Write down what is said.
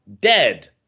Dead